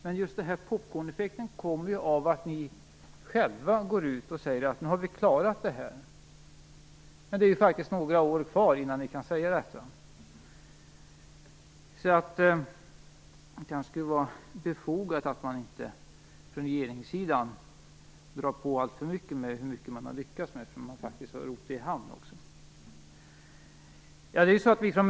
Men popcorneffekten kommer ju sig av att regeringen själv går ut och säger att "nu har vi klarat det här". Det är faktiskt några år kvar innan man kan säga så. Det kanske skulle vara befogat att regeringen lät bli att dra på allt för mycket om hur bra man har lyckats innan man faktiskt har rott det hela i hamn.